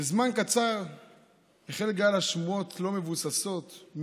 בזמן קצר החל גל שמועות לא מבוססות,